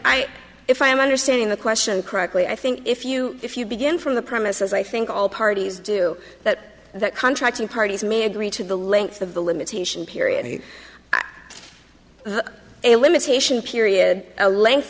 i if i am understanding the question correctly i think if you if you begin from the premise as i think all parties do that that contracting parties may agree to the length of the limitation period a limitation period a length